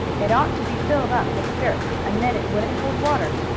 it ought to be filled up with dirt, and then it wouldn't hold water.